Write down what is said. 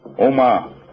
Oma